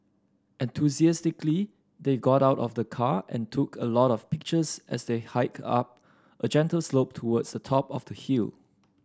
enthusiastically they got out of the car and took a lot of pictures as they hiked up a gentle slope towards the top of the hill